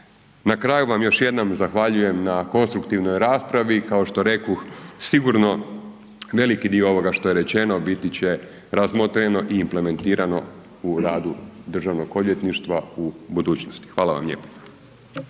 Na kraju vam još jednom zahvaljujem na konstruktivnoj raspravim, kao što rekoh, sigurno veliki dio ovoga što j rečeno biti će razmotreno i implementirano u radu Državnog odvjetništva u budućnosti. Hvala vam lijepa.